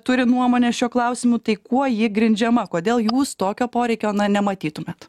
turi nuomonę šiuo klausimu tai kuo ji grindžiama kodėl jūs tokio poreikio na nematytumėt